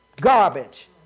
garbage